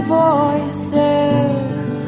voices